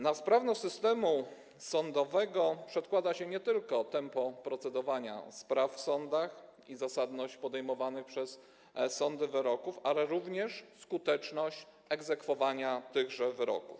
Na sprawność systemu sądowego składa się nie tylko tempo procedowania spraw w sądach i zasadność podejmowanych przez sądy wyroków, ale również skuteczność egzekwowania tychże wyroków.